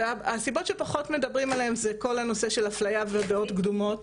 והסיבות שפחות מדברים עליהן זה כל הנושא של אפליה ודעות קדומות.